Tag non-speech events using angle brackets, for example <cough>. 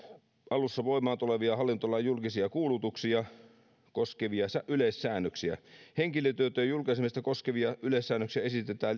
alussa voimaan tulevia hallintolain julkisia kuulutuksia koskevia yleissäännöksiä henkilötietojen julkaisemista koskevia yleissäännöksiä esitetään <unintelligible>